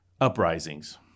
Uprisings